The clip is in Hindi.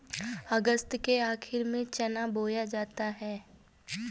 अगस्त के आखिर में चना बोया जाता है